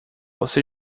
você